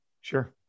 Sure